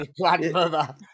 grandmother